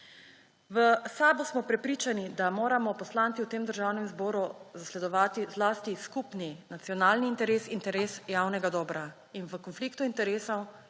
V SAB smo prepričani, da moramo poslanci v Državnem zboru zasledovati zlasti skupni nacionalni interes, interes javnega dobra in v konfliktu interesov